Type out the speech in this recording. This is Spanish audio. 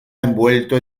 envuelto